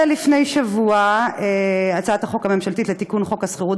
לפני שבוע הצעת החוק הממשלתית לתיקון חוק השכירות